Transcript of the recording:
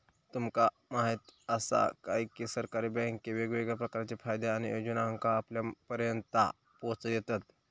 तुमका म्हायत आसा काय, की सरकारी बँके वेगवेगळ्या प्रकारचे फायदे आणि योजनांका आपल्यापर्यात पोचयतत